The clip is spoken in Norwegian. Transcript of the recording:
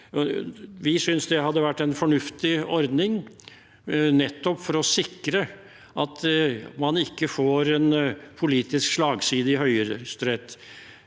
Vi synes det hadde vært en fornuftig ordning, nettopp for å sikre at man ikke får en politisk slagside